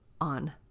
on